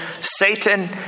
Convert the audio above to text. Satan